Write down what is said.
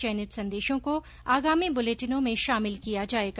चयनित संदेशों को आगामी बुलेटिनों में शामिल किया जाएगा